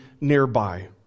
nearby